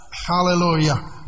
Hallelujah